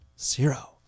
zero